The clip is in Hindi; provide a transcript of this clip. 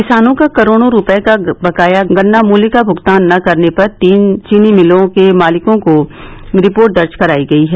किसानों का करोड़ों रूपये का बकाया गन्ना मूल्य का भुगतान न करने पर तीन चीनी मिल मालिकों के खिलाफ रिपोर्ट दर्ज कराई गयी है